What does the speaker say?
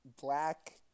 black